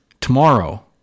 tomorrow